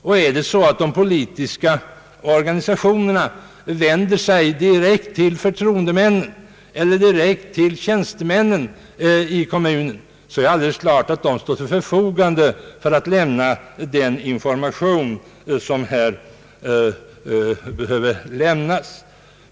Om de politiska organisationerna vänder sig direkt till förtroendemännen eller till tjänstemännen i kommunen, är det alldeles klart att dessa står till förfogande för att lämna den information som här begärs.